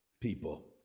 people